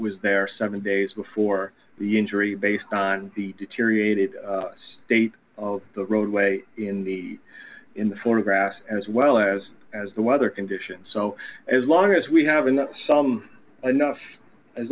was there seven days before the injury based on the deteriorating state of the roadway in the in the photographs as well as as the weather conditions so as long as we have in some enough as